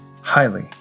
highly